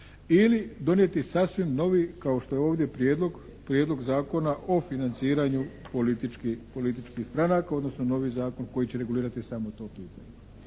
ili donijeti sasvim novi kao što je ovdje Prijedlog zakona o financiranju političkih stranaka, odnosno novi zakon koji će regulirati samo to pitanje.